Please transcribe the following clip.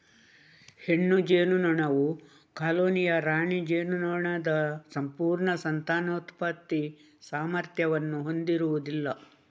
ಹೆಣ್ಣು ಜೇನುನೊಣವು ಕಾಲೋನಿಯ ರಾಣಿ ಜೇನುನೊಣದ ಸಂಪೂರ್ಣ ಸಂತಾನೋತ್ಪತ್ತಿ ಸಾಮರ್ಥ್ಯವನ್ನು ಹೊಂದಿರುವುದಿಲ್ಲ